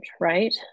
right